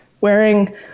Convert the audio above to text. wearing